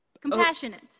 Compassionate